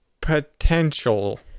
Potential